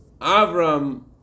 Avram